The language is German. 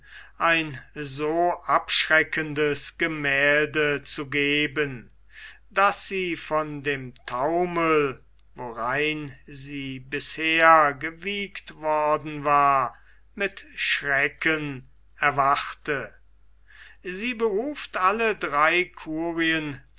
ein so abschreckendes gemälde zu geben daß sie von dem taumel worein sie bisher gewiegt worden war mit schrecken erwachte sie beruft alle drei curien